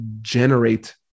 generate